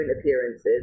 appearances